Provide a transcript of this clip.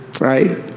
right